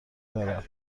دارد